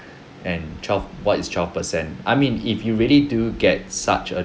and twelve what is twelve percent I mean if you really do get such a